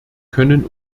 können